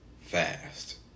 fast